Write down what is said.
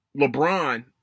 LeBron